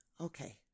Okay